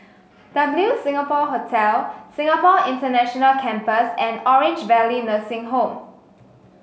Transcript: W Singapore Hotel Singapore International Campus and Orange Valley Nursing Home